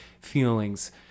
feelings